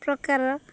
ପ୍ରକାର